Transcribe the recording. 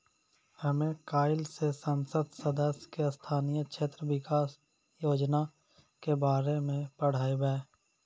हमे काइल से संसद सदस्य के स्थानीय क्षेत्र विकास योजना के बारे मे पढ़बै